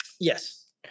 Yes